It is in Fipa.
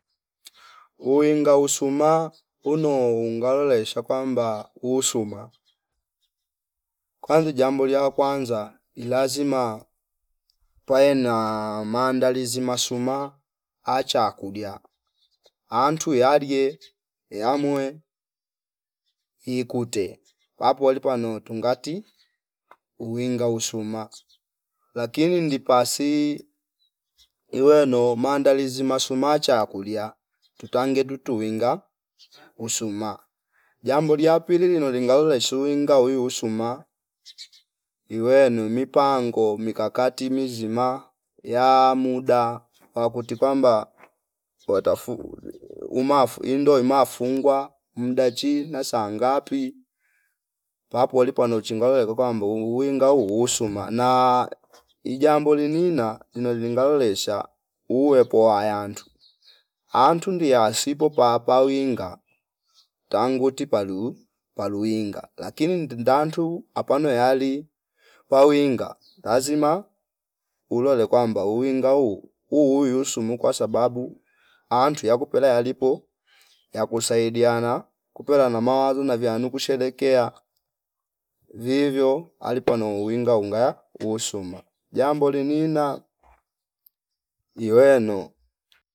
Uinga usuma uno ungalulesha kwamba usuma kwanzi jambulia kwanza ilazima pawe na maandilizi masuma acha kudia antuya yadie yamwe ikute apo alipano tungati uinga usuma lakini ndipasi iweno maandalizi masuma cha kulia tutange tutuinga usuma jambo lia pili lino lingaule suinga uyusuma iweno mipango mikakati mizima ya muda wakuti kwamba watafu umafu indo imafungwa mdaa chi na saa ngapi papo alipo anoli chingaule uke kwambo uwinga huu usuma na ijambo linina lino lingaulesha uwepo wa yandu auntu ndiya sipo papa winga tangu ti palu paluwinga lakini ndindatu apano yali wawinga lazima ulole kwamba uwinga huu uyu husumu kwasababu aantu yakupele yalipo yakusaidiana kupela na mawazo na vyanu kusherekea vivyo alipano uwinga unga usuma jambo linina iweno